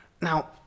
Now